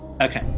Okay